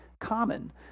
common